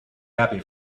happy